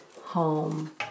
home